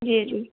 जी जी